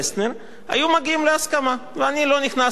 אני לא נכנס עכשיו לפרשה הזאת, מה בדיוק קרה שם.